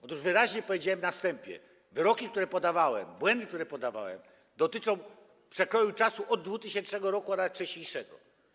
Otóż wyraźnie powiedziałem na wstępie: wyroki, które podawałem, błędy, które podawałem, dotyczą przekroju czasu od 2000 r., a nawet wcześniejszego.